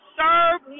serve